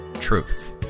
truth